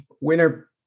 winner